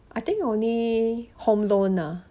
I think only home loan ah